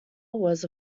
was